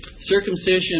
circumcision